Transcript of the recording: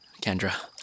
Kendra